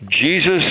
Jesus